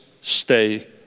stay